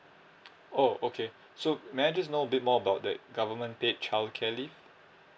oh okay so may I just know a bit more about the government paid childcare leave